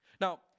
Now